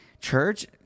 church